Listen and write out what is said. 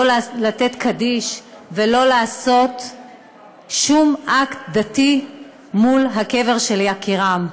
לא לתת קדיש ולא לעשות שום אקט דתי מול הקבר של יקירם.